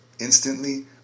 instantly